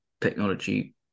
technology